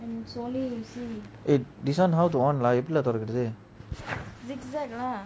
eh this [one] how to on lah எப்பிடிலா தொறக்குறது:epidila thorakurathu